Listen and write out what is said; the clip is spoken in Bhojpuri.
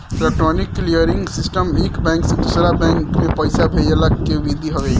इलेक्ट्रोनिक क्लीयरिंग सिस्टम एक बैंक से दूसरा बैंक में पईसा भेजला के विधि हवे